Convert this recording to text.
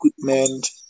equipment